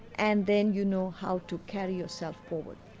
and then you know how to carry yourself forward.